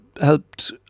helped